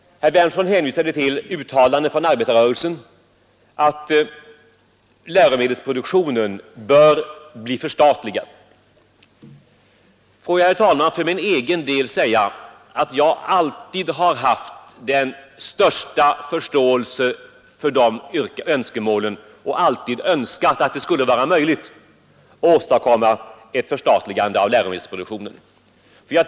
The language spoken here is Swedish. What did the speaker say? Herr Berndtson hänvisade till uttalanden från arbetarrörelsen om att läromedelsproduktionen bör förstatligas. Jag vill, herr talman, för egen del säga att jag alltid har haft den största förståelse för dessa tankegångar och alltid önskat att det skulle vara möjligt att åstadkomma ett förstatligande av läromedelsproduktionen.